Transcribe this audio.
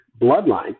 bloodline